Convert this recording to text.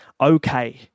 okay